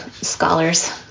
scholars